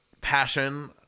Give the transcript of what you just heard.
passion